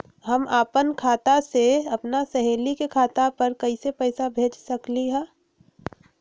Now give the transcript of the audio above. हम अपना खाता से अपन सहेली के खाता पर कइसे पैसा भेज सकली ह?